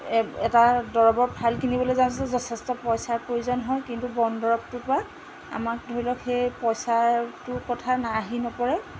এটা দৰৱৰ ফাইল কিনিবলৈ যাওঁতে যথেষ্ট পইচাৰ প্ৰয়োজন হয় কিন্তু বনদৰৱটোৰপৰা আমাক ধৰি লওক সেই পইচাটোৰ কথা আহি নপৰে